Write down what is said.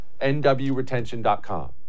nwretention.com